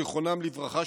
זיכרונם לברכה,